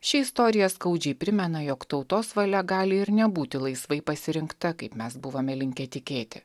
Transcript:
ši istorija skaudžiai primena jog tautos valia gali ir nebūti laisvai pasirinkta kaip mes buvome linkę tikėti